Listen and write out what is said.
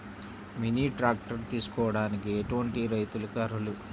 Mini tractor తీసుకోవడానికి ఎటువంటి రైతులకి అర్హులు?